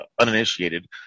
uninitiated